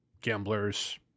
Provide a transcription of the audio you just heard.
gamblers